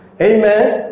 Amen